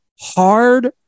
hard